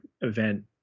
event